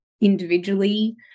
individually